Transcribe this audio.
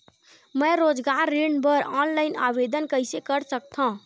मैं रोजगार ऋण बर ऑनलाइन आवेदन कइसे कर सकथव?